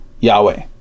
Yahweh